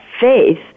faith